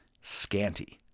scanty